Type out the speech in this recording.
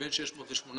בין 600 ל-800